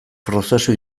prozesu